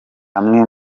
amwe